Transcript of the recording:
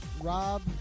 Rob